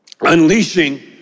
unleashing